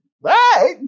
Right